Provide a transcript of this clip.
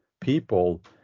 people